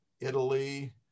Italy